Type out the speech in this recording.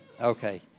Okay